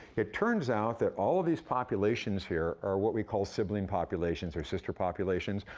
it turns out that all of these populations here are what we call sibling populations or sister populations.